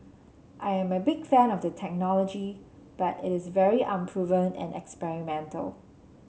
I am a big fan of the technology but it is very unproven and experimental